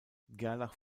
gerlach